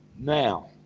now